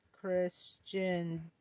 Christian